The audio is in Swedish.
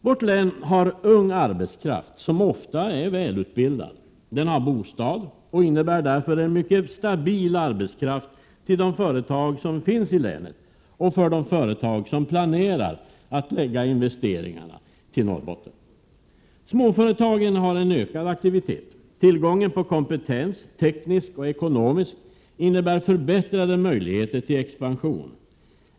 Vårt län har ung arbetskraft, som ofta är välutbildad. Den har bostad och innebär därför en mycket stabil arbetskraft för de företag som finns i länet och för de företag som planerar att lägga investeringarna i Norrbotten. Småföretagen bedriver en ökad aktivitet. Tillgången på kompetens — teknisk och ekonomisk — innebär förbättrade möjligheter till expansion.